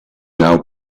now